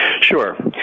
Sure